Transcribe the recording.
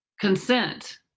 consent